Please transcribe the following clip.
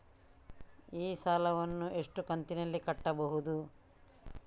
ಈ ಸಾಲವನ್ನು ಎಷ್ಟು ಕಂತಿನಲ್ಲಿ ಕಟ್ಟಬಹುದು?